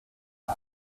air